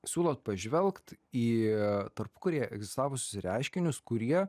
siūlot pažvelgt į tarpukary egzistavusius reiškinius kurie